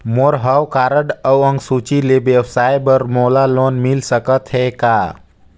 मोर हव कारड अउ अंक सूची ले व्यवसाय बर मोला लोन मिल सकत हे का?